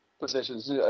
positions